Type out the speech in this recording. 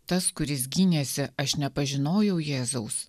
tas kuris gynėsi aš nepažinojau jėzaus